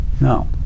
No